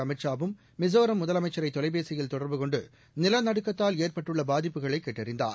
அமித் ஷாவும் மிஸோராம் முதலமைச்சரை தொலைபேசியில் தொடர்பு கொண்டு நிலநடுக்கத்தால் ஏற்பட்டுள்ள பாதிப்புகளை கேட்டறிந்தார்